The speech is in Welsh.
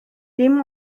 dim